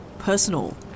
personal